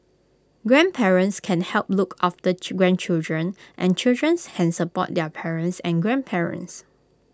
grandparents can help look after grandchildren and children can support their parents and grandparents